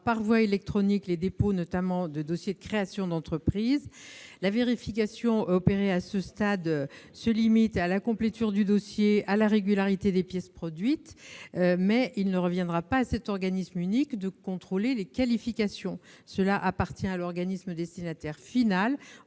par voie électronique les dépôts, notamment de dossiers de création d'entreprise. La vérification qui sera opérée à ce stade se limitera à la complétude du dossier et à la régularité des pièces produites, mais il ne reviendra pas à cet organisme unique de contrôler la qualification professionnelle éventuellement